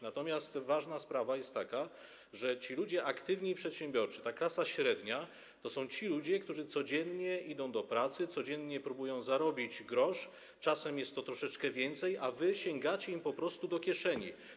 Natomiast ważna jest taka sprawa - ci ludzie aktywni i przedsiębiorczy, ta klasa średnia, to są ludzie, którzy codziennie idą do pracy, codziennie próbują zarobić grosz - czasem jest to troszeczkę więcej - a wy sięgacie im po prostu do kieszeni.